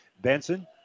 Benson